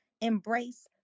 embrace